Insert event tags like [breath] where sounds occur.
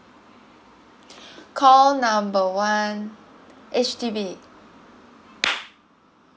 [breath] call number one H_D_B [noise]